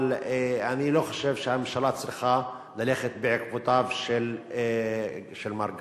אבל אני לא חושב שהממשלה צריכה ללכת בעקבותיו של מר גפסו.